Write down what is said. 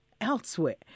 elsewhere